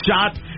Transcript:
shot